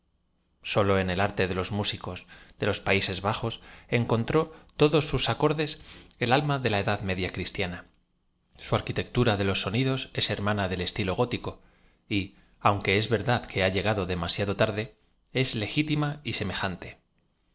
sólo en el arte de los mú sicos de los p íscs b o s encontró toios sus acordes el alma de la edad media cristiana su arquitectura de los sodidos es hermaaa del estilo fó tico y aunque es verdad que ba llegado demasiado tarde es legitim a y semejante